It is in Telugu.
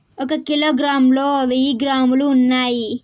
ఒక కిలోగ్రామ్ లో వెయ్యి గ్రాములు ఉన్నాయి